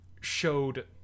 showed